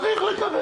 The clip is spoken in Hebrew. הוא צריך לקבל.